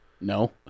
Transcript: No